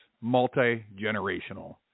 multi-generational